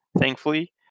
thankfully